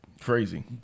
crazy